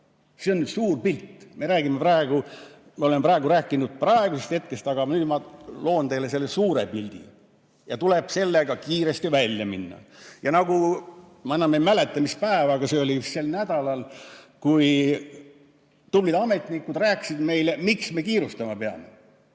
See on suur pilt.Me oleme praegu rääkinud praegusest hetkest, aga nüüd ma loon teile selle suure pildi. Ja tuleb sellega kiiresti välja minna. Ma enam ei mäleta, mis päeval, aga see oli sel nädalal, kui tublid ametnikud rääkisid meile, miks me kiirustama peame.